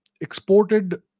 exported